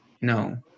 no